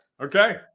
Okay